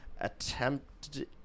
attempted